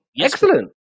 excellent